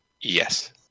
Yes